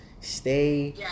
Stay